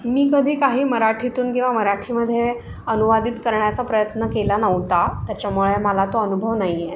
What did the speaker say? मी कधी काही मराठीतून किंवा मराठीमध्ये अनुवादित करण्याचा प्रयत्न केला नव्हता त्याच्यामुळे मला तो अनुभव नाही आहे